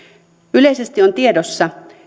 yleisesti on tiedossa